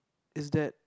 is that